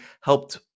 helped